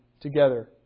together